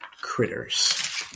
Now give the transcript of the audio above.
critters